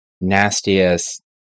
nastiest